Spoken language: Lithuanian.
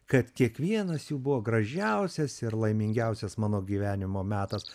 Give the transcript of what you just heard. kad kiekvienas jų buvo gražiausias ir laimingiausias mano gyvenimo metas